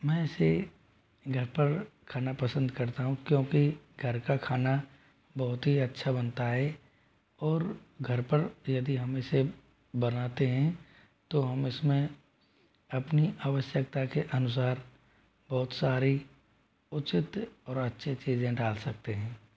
मैं इसे घर पर खाना पसंद करता हूँ क्योंकि घर का खाना बहुत ही अच्छा बनता है और घर पर यदि हम इसे बनाते हैं तो हम इस में अपनी आवश्यकता के अनुसार बहुत सारी उचित और अच्छी चीज़ें डाल सकते हैं